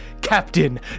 Captain